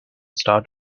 start